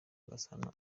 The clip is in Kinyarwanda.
gasana